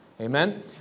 Amen